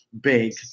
big